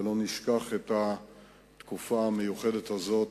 ולא נשכח את התקופה המיוחדת הזאת